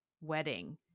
wedding